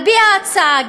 על-פי ההצעה,